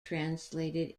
translated